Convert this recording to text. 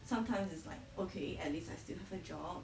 sometimes is like okay at least I still have a job